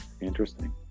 Interesting